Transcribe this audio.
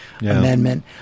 amendment